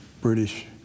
British